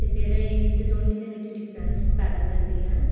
जेहड़ा इंदे दौनें दे बिच्च डिफरैन्स पैदा करदियां